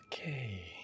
Okay